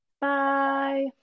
Bye